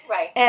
Right